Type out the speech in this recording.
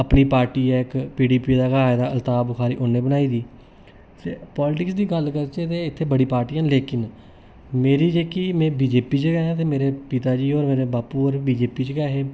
अपनी पार्टी ऐ एक्क पीडीपी दा के आए दा अल्ताफ बुखारी उन्ने बनाई दी ते पालटिक्स दी गल्ल करचै ते इत्थै बड़ी पार्टियां न लेकिन मेरी जेह्की में बीजेपी च गै आं पिता जी होर मेरे बापू होर बीजेपी च गै हे